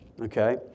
okay